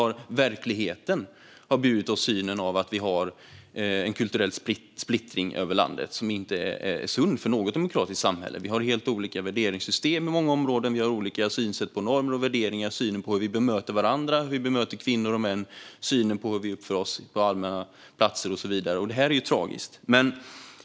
Verkligheten visar att vi har en kulturell splittring över landet som inte är sund för något demokratiskt samhälle. Vi har helt olika värderingssystem i många områden. Vi har olika synsätt på normer och värderingar och i synen på hur vi bemöter varandra, kvinnor och män på allmänna platser, och det är tragiskt.